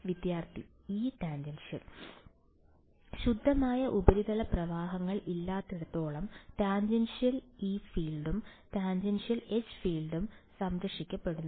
വിദ്യാർത്ഥി E tangential ശുദ്ധമായ ഉപരിതല പ്രവാഹങ്ങൾ ഇല്ലാത്തിടത്തോളം ടാൻജെൻഷ്യൽ E ഫീൽഡും ടാൻജൻഷ്യൽ H ഫീൽഡും സംരക്ഷിക്കപ്പെടുന്നു